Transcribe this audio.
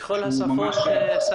בכל השפות?